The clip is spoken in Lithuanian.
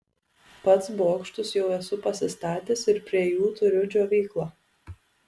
pats bokštus jau esu pasistatęs ir prie jų turiu džiovyklą